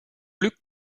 luc